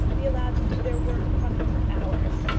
be allowed to do their work upon him for hours.